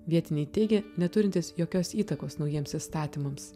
vietiniai teigė neturintis jokios įtakos naujiems įstatymams